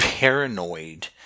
paranoid